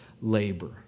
labor